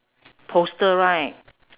poster right